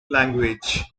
language